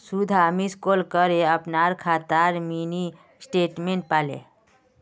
सुधा miss call करे अपनार खातार मिनी स्टेटमेंट पाले